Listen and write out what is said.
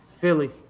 Philly